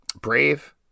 Brave